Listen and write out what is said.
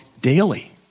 daily